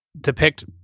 depict